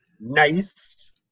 Nice